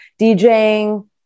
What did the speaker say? DJing